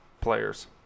players